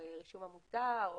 רישום עמותה,